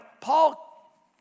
Paul